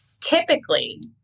Typically